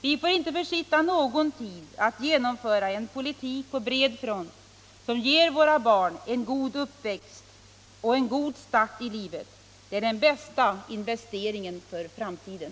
Vi får inte försitta någon tid att genomföra en politik på bred front som ger våra barn en god uppväxt och en god start i livet. Det är den bästa investeringen för framtiden.